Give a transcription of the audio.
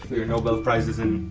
you're nobel prize is in,